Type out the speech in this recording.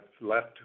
left